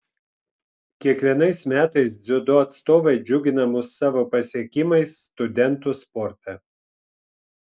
kiekvienais metais dziudo atstovai džiugina mus savo pasiekimais studentų sporte